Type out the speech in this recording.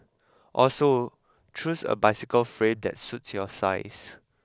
also choose a bicycle frame that suits your size